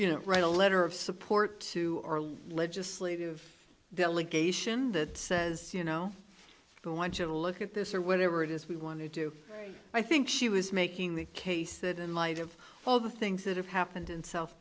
you know write a letter of support to our legislative delegation that says you know we want to look at this or whatever it is we want to do i think she was making the case that in light of all the things that have happened in south